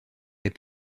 les